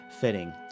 fitting